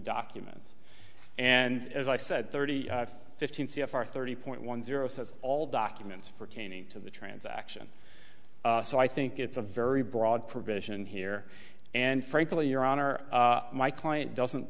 documents and as i said thirty fifteen c f r thirty point one zero says all documents for caning to the transaction so i think it's a very broad provision here and frankly your honor my client doesn't